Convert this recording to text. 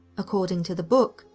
according to the book,